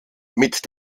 mit